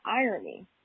irony